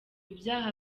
byaha